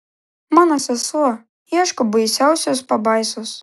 mano sesuo ieško baisiausios pabaisos